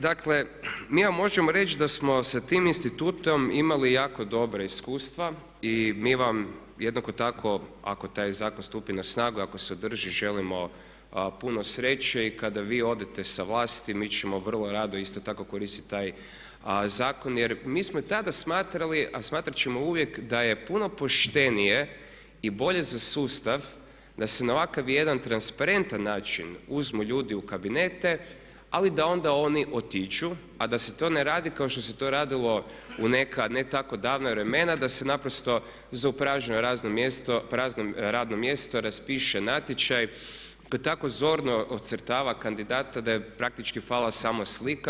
Dakle mi vam možemo reći da smo sa tim institutom imali jako dobra iskustva i mi vam jednako tako ako taj zakon stupi na snagu i ako se održi želimo puno sreće i kada vi odete sa vlasti mi ćemo vrlo rado isto tako koristiti taj zakon jer mi smo i tada smatrali a smatrati ćemo uvijek da je puno poštenije i bolje za sustav da se na ovakav jedan transparentan način uzmu ljudi u kabinete ali da onda oni otiđu a da se to ne radi kao što se to radilo u neka ne tako davna vremena da se naprosto za prazno radno mjesto raspiše natječaj koji tako zorno ocrtava kandidata da je praktički falila samo slika.